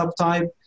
subtype